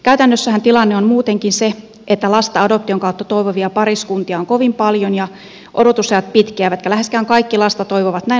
käytännössähän tilanne on muutenkin se että lasta adoption kautta toivovia pariskuntia on kovin paljon ja odotusajat pitkiä eivätkä läheskään kaikki lasta toivovat näin lasta edes saa